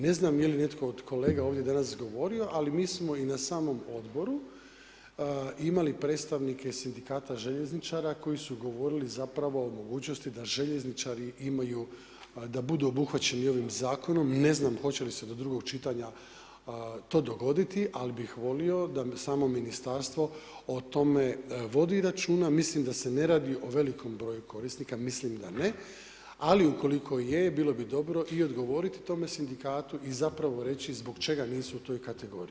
Ne znam je li netko od kolega ovdje danas govorio, ali mi smo i na samom odboru imali predstavnike sindikata željezničara koji su govorili o mogućnosti da željezničari budu obuhvaćeni ovim zakonom, ne znam hoće li se do drugog čitanja to dogoditi, ali bih volio da samo ministarstvo o tome vodi računa, mislim da se ne radi o velikom broju korisnika, mislim da ne, ali ukoliko je bilo bi dobro odgovoriti tome sindikatu i zapravo reći zbog čega nisu u toj kategoriji.